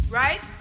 right